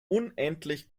unendlich